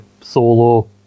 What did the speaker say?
Solo